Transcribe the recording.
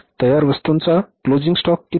तयार वस्तूंचा closing stock किती